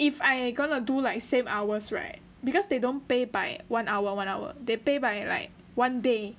if I am going to do like same hours right because they don't pay by one hour one hour they pay by like one day